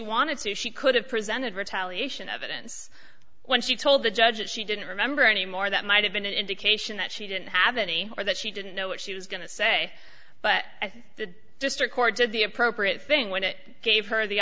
wanted to she could have presented retaliation evidence when she told the judge that she didn't remember any more that might have been an indication that she didn't have any or that she didn't know what she was going to say but at the district court did the appropriate thing when it gave her the